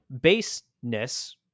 baseness